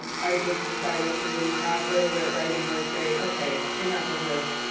um i just decided to have little red riding hood say, okay, enough of this.